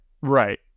Right